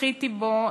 זכיתי בו.